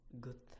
good